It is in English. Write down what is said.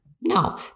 No